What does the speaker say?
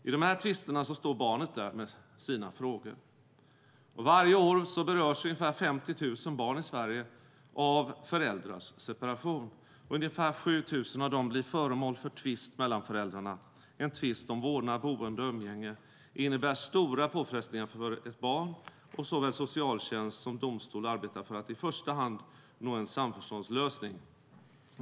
I de här tvisterna står barnet där med sina frågor. Varje år berörs ca 50 000 barn i Sverige av föräldrars separation. Ungefär 7 000 av dem blir föremål för tvist mellan föräldrarna. En tvist om vårdnad, boende och umgänge innebär stora påfrestningar för ett barn, och såväl socialtjänst som domstol arbetar för att i första hand nå en samförståndslösning.